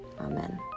Amen